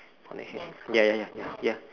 on the head ya ya ya ya